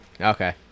Okay